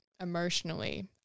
emotionally